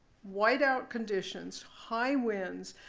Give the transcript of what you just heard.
white-out conditions, high winds.